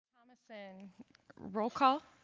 thomason roll call.